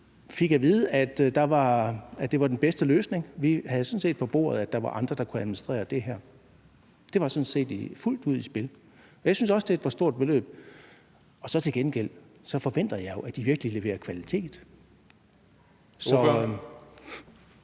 fik at vide, at det var den bedste løsning. Vi havde sådan set på bordet, at der var andre, der kunne administrere det. Det var sådan set fuldt ud i spil. Jeg synes også, det er et for stort beløb, og så forventer jeg jo til gengæld, at de virkelig leverer kvalitet.